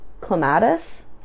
clematis